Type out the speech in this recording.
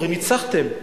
הרי ניצחתם.